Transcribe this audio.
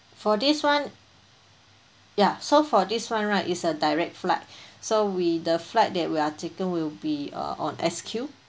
for this [one] ya so for this [one] right it's a direct flight so we the flight that we are taking will be uh on S_Q